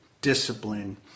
discipline